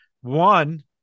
one